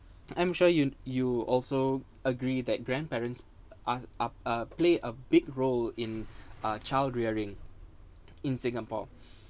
I'm sure you you also agree that grandparents are up uh play a big role in a child rearing in singapore